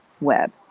web